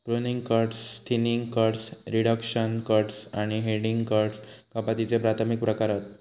pruning cuts, thinning cuts, reduction cuts आणि heading cuts कपातीचे प्राथमिक प्रकार हत